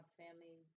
family